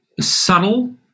subtle